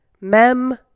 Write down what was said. Mem